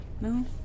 No